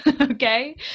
Okay